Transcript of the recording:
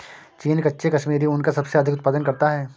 चीन कच्चे कश्मीरी ऊन का सबसे अधिक उत्पादन करता है